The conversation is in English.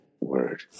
word